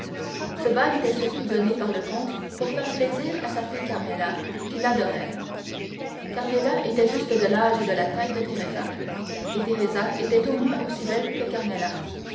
ce bal était surtout donné par le comte pour faire plaisir à sa fille carmela qu'il adorait carmela était juste de l'âge et de la taille de teresa et teresa était au moins aussi belle que